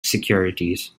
securities